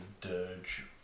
dirge